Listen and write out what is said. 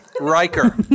Riker